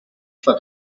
for